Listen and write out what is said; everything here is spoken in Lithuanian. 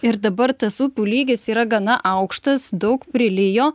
ir dabar tas upių lygis yra gana aukštas daug prilijo